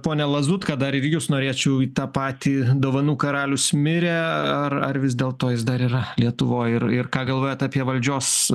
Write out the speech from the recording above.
pone lazutka dar ir jus norėčiau į tą patį dovanų karalius mirė ar ar vis dėlto jis dar yra lietuvoj ir ir ką galvojat apie valdžios